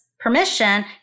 Permission